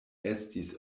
estis